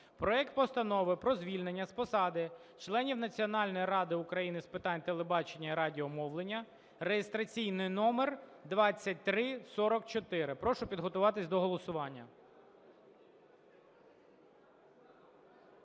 проект Постанови про звільнення з посади членів Національної ради України з питань телебачення і радіомовлення (реєстраційний номер 2344). Прошу підготуватись до голосування.